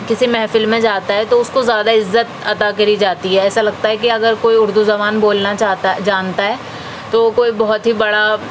کسی محفل میں جاتا ہے تو اس کو زیادہ عزت عطا کری جاتی ہے ایسا لگتا ہے کی اگر کوئی اردو زبان بولنا چاہتا ہے جانتا ہے تو کوئی بہت ہی بڑا